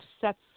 sets